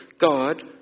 God